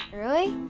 really?